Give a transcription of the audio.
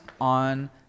on